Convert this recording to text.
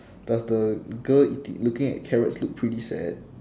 does the girl eati~ looking at carrots look pretty sad